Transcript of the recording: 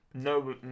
no